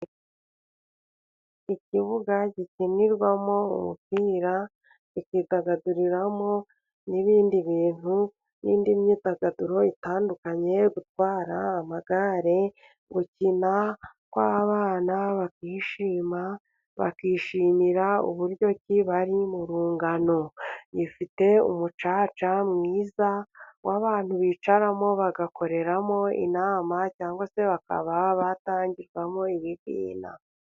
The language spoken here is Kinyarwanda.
Ikibuga gikinirwamo umupira bakidagaduriramo n'ibindi bintu n'indi myidagaduro itandukanye gutwara amagare ,gukina kw'abana bakishima bakishimira uburyo bari mu rungano ,gifite umucaca mwiza, w'abantu bicaramo bagakoreramo inama cyangwa se bakaba batangirwamo ibibina.